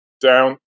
down